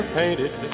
painted